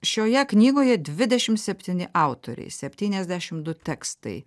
šioje knygoje dvidešim septyni autoriai septyniasdešim du tekstai